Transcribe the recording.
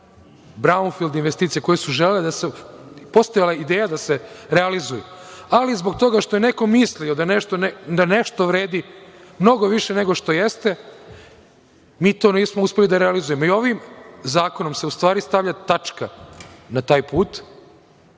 Braunfild investicija za koje je postojala ideja da se realizuju, ali zbog toga što je neko mislio da nešto vredi mnogo više nego što jeste, mi to nismo uspeli da realizujemo. Ovim zakonom se, u stvari, stavlja tačka na taj put